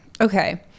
Okay